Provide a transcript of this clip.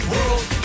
World